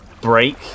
break